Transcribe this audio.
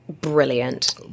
brilliant